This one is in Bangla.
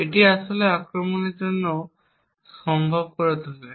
এটি একটি আক্রমণের জন্য সম্ভব করে তোলে